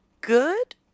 good